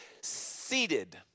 seated